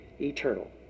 eternal